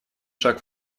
шаг